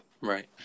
right